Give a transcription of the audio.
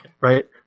Right